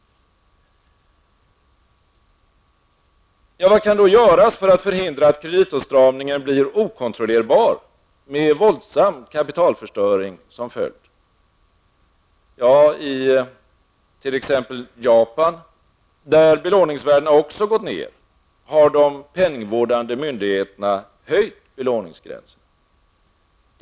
Vad kan då göras för att förhindra att kreditåtstramningen blir okontrollerbar, med våldsam kapitalförstöring som följd? Ja, i t.ex. Japan, där belåningsvärdena också gått ner, har de penningvårdande myndigheterna höjt belåningsgränserna.